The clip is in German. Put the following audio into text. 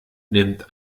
nimmt